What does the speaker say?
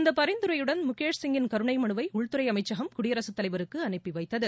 இந்த பரிந்துரையுடன் முகேஷ் சிங்கின் கருணை மனுவை உள்துறை அமைச்சகம் குடியரசுத்தலைவருக்கு அனுப்பி வைத்தது